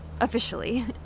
Officially